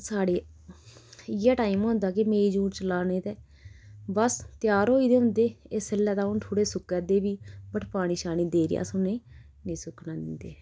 साढे इ'यै टाइम होंदा कि मेई जून च लाने ते बस त्यार होई गेदे होंदे इसलै ते हून थोह्ड़े सुक्का दे बी बट पानी शानी देई'र अस उनेंई नेईं सुक्कना दिंदे